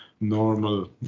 normal